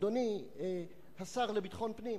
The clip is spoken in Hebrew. אדוני השר לביטחון הפנים?